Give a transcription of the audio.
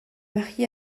marié